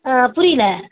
ஆ புரியிலை